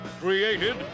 created